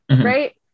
right